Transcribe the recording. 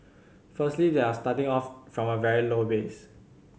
firstly they are starting off from a very low base